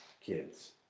kids